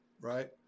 Right